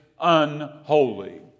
unholy